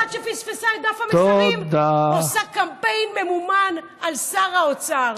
אז אחת שפספסה את דף המסרים עושה קמפיין ממומן על שר האוצר.